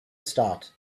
start